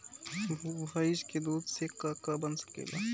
भइस के दूध से का का बन सकेला?